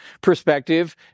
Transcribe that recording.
perspective